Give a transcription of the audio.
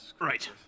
Right